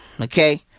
Okay